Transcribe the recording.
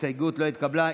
ההסתייגות לא התקבלה.